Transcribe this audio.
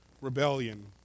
rebellion